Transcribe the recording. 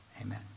Amen